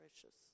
precious